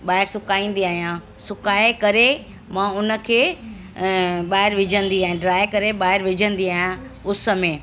ॿाहिरि सुकाइंदी आहियां सुकाए करे मां उन खे ॿाहिरि विझंदी आहियां ड्राइ करे ॿाहिरि विझंदी आहियां उस में